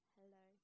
Hello